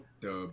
dub